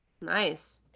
nice